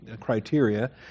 criteria